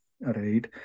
Right